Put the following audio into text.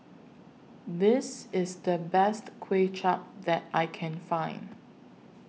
This IS The Best Kuay Chap that I Can Find